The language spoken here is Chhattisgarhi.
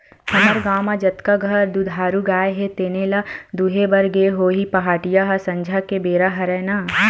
हमर गाँव म जतका घर दुधारू गाय हे तेने ल दुहे बर गे होही पहाटिया ह संझा के बेरा हरय ना